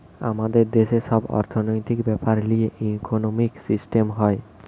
আমাদের দেশের সব অর্থনৈতিক বেপার লিয়ে ইকোনোমিক সিস্টেম হয়